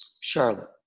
charlotte